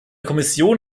kommission